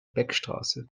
beckstraße